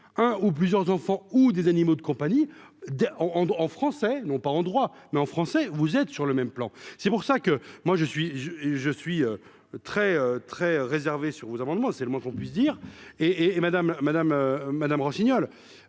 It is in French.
un ou plusieurs enfants ou des animaux de compagnie en en français, non pas en droit mais en français vous êtes sur le même plan, c'est pour ça que moi je suis, je suis très très réservé sur vos amendements, c'est le moins qu'on puisse dire hé et Madame Madame